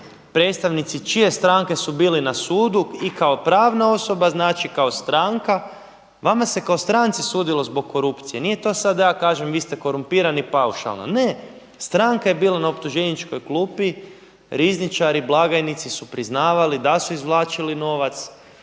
predstavnici čije stranke su bili na sudu i kao pravna osoba, znači kao stranka, vama se kao stranci sudilo zbog korupcije. Nije to sada da ja kažem vi ste korumpirani paušalno, ne, stranka je bila na optuženičkoj klupi, rizničari, blagajnici su priznavali da su izvlačili novac,